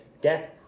death